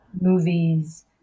movies